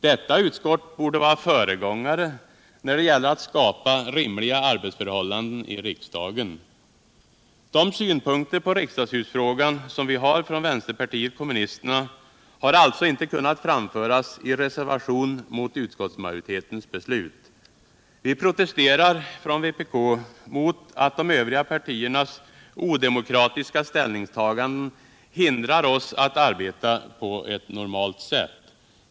Detta utskott borde vara föregångare när det gäller att skapa rimliga arbetsförhållanden i riksdagen. De synpunkter på riksdagshusfrågan som vi har från vänsterpartiet kommunisterna har alltså inte kunnat framföras i reservation mot utskottsmajoritetens beslut. Vi protesterar från vpk mot att de övriga partiernas odemokratiska ställningstaganden hindrar oss att arbeta på ett normalt sätt.